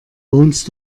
wohnst